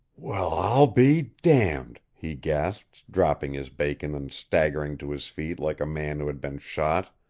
well, i'll be damned, he gasped, dropping his bacon and staggering to his feet like a man who had been shot.